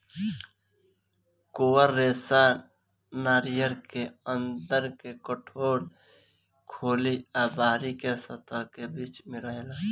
coir रेशा नारियर के अंदर के कठोर खोली आ बाहरी के सतह के बीच में रहेला